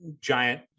giant